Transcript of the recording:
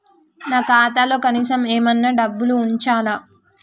నా ఖాతాలో కనీసం ఏమన్నా డబ్బులు ఉంచాలా?